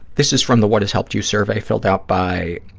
this is from the what has helped you survey, filled out by